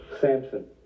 Samson